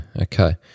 okay